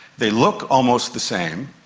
they look almost the same,